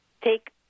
take